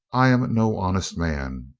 i am no honest man.